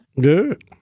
Good